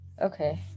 Okay